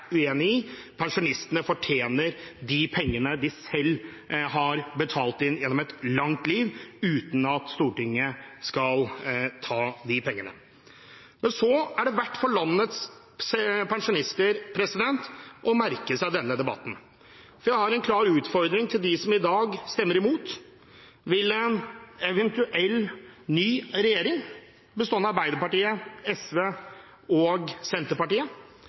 uenig i. Pensjonistene fortjener pengene de selv har betalt inn gjennom et langt liv – Stortinget skal ikke ta de pengene. For landets pensjonister er det verdt å merke seg denne debatten. Jeg har en klar utfordring til dem som i dag stemmer imot. Vil en eventuell ny regjering bestående av Arbeiderpartiet, SV og Senterpartiet